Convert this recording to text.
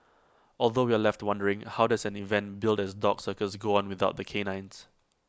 although we're left wondering how does an event billed as A dog circus go on without the canines